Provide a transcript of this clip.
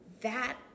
That